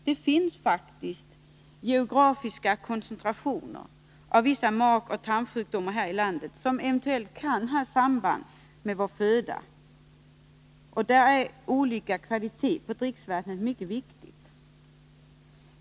Det finns här i landet faktiskt geografiska koncentrationer av vissa magoch tarmsjukdomar som kan ha samband med vårt intag av föda, och där kan olika kvaliteter på drickvattnet ingå som en mycket viktig faktor.